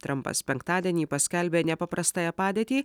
trampas penktadienį paskelbė nepaprastąją padėtį